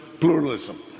pluralism